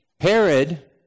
Herod